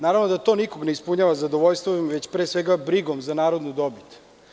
Naravno, to nikoga ne ispunjava zadovoljstvom, već pre svega, brigom za narodnu dobit.